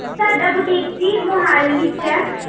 ਸਾਡਾ ਬੁਟੀਕ ਜੀ ਮੋਹਾਲੀ ਵਿੱਚ ਹੈ